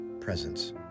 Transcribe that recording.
Presence